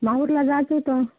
माहूरला जायचं होतं